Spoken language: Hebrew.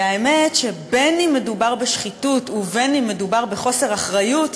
והאמת היא שבין שמדובר בשחיתות ובין שמדובר בחוסר אחריות,